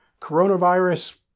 coronavirus